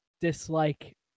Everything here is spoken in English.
dislike